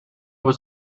was